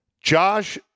Josh